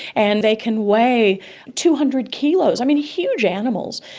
and they can weigh two hundred kilos. i mean, huge animals.